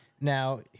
Now